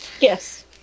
Yes